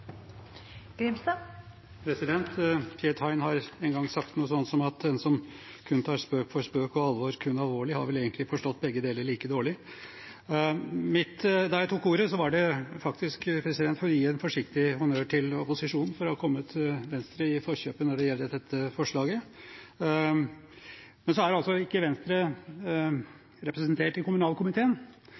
har en gang sagt: «Den som kun tar spøk for spøk, og alvor kun alvorlig, han og hun har faktisk fattet begge deler dårlig.» Da jeg tok ordet, var det faktisk for å gi en forsiktig honnør til opposisjonen for å ha kommet Venstre i forkjøpet når det gjelder dette forslaget. Nå er ikke Venstre representert i kommunalkomiteen,